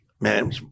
man